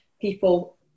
people